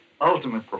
ultimate